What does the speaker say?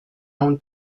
own